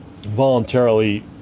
Voluntarily